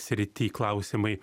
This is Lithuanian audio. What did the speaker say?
srity klausimai